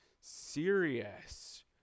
serious